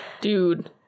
Dude